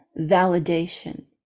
Validation